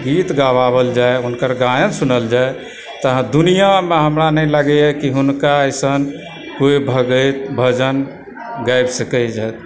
गीत गबाओल जाइ हुनकर गायन सुनल जाइ तऽ दुनियामे हमरा नहि लागैए कि हुनका एसन कोइ भगति भजन गाबि सकैत छथि